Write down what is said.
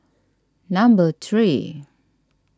number three